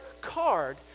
card